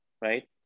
right